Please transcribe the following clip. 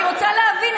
אני רוצה להבין,